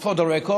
for the record,